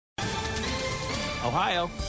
Ohio